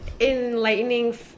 enlightening